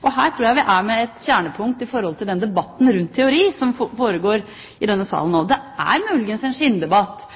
Her tror jeg vi er ved et kjernepunkt i den debatten rundt teori som foregår i denne salen nå. Det er muligens en skinndebatt.